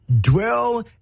dwell